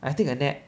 I take a nap